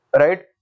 right